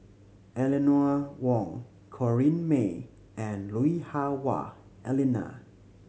Eleanor Wong Corrinne May and Lui Hah Wah Elena